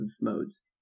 modes